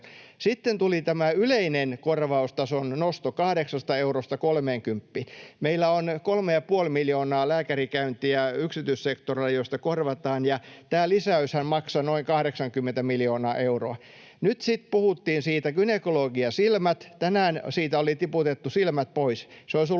Sitten tuli tämä yleinen korvaustason nosto kahdeksasta eurosta kolmeenkymppiin. Meillä on kolme ja puoli miljoonaa lääkärikäyntiä yksityissektorilla, joista korvataan, ja tämä lisäyshän maksoi noin 80 miljoonaa euroa. Nyt sitten puhuttiin, että gynekologi ja silmät, ja tänään siitä oli tiputettu silmät pois. Se olisi ollut